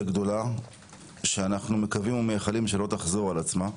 גדולה שאנחנו מקווים ומייחלים שלא תחזור על עצמה.